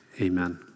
Amen